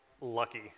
lucky